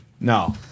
No